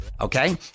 okay